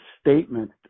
statement